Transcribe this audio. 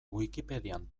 wikipedian